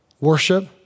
Worship